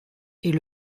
est